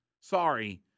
Sorry